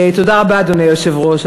תודה רבה, אדוני היושב-ראש.